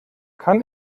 kann